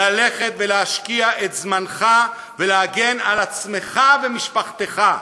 ללכת ולהשקיע את זמנך ולהגן על עצמך ועל משפחתך.